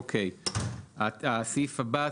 הסעיף הבא,